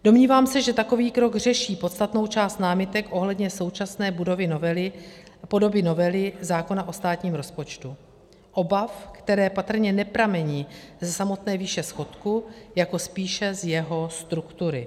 Domnívám se, že takový krok řeší podstatnou část námitek ohledně současné podoby novely zákona o státním rozpočtu, obav, které patrně nepramení ze samotné výše schodku, jako spíše z jeho struktury.